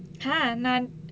!huh! நான்:naan